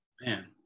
man